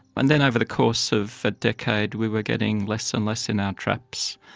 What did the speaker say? and then over the course of a decade we were getting less and less in our traps.